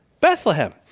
Bethlehem